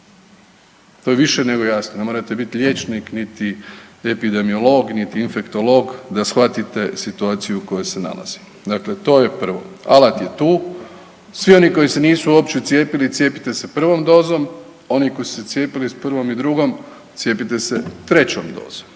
To je više nego jasno. Ne morate biti liječnik niti epidemiolog, niti infektolog da shvatite situaciju u kojoj se nalazimo. Dakle, to je prvo. Alat je tu. Svi oni koji se nisu uopće cijepili cijepite se prvom dozom, oni koji su se cijepili sa prvom i drugom, cijepite i trećom dozom.